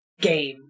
game